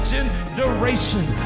Generation